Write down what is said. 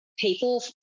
People